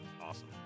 Awesome